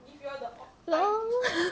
no